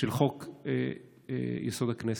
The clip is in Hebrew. של חוק-יסוד: הכנסת.